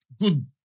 good